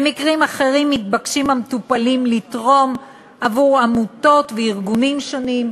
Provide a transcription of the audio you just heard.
במקרים אחרים מתבקשים המטופלים לתרום עבור עמותות וארגונים שונים,